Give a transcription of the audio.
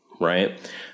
right